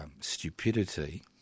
stupidity